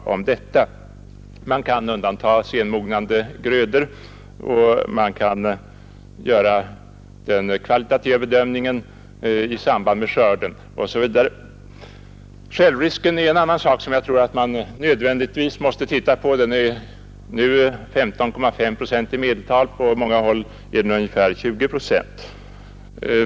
Man kan ju t.ex. undanta senmognande grödor och göra den kvalitativa bedömningen i samband med skörden. Självrisken är en annan sak som jag tror att det blir nödvändigt att se närmare på. Den är nu i medeltal 15,5 procent, på många håll 20 procent.